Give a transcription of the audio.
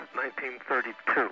1932